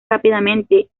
rápidamente